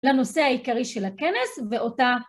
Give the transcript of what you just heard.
לנושא העיקרי של הכנס, ואותה